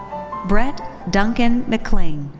brett duncan mcclain.